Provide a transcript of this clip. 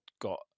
got